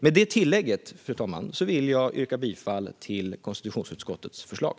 Med detta tillägg, fru talman, vill jag yrka bifall till konstitutionsutskottets förslag.